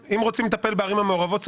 שאם רוצים לטפל בערים המעורבות,